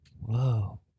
Whoa